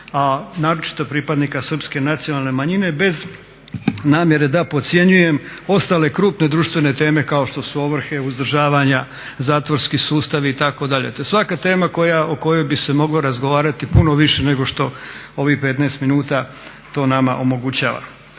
a naročito pripadnika Srpske nacionalne manjine bez namjere da podcjenjujem ostale krupne društvene teme kao što su ovrhe, uzdržavanja, zatvorski sustav itd. To je svaka tema o kojoj bi se moglo razgovarati puno više nego što ovih 15 minuta to nama omogućava.